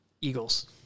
Eagles